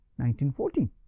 1914